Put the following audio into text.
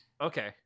Okay